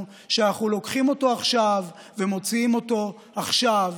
שאנחנו לוקחים אותו עכשיו ומוציאים אותו עכשיו,